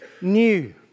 new